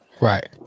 Right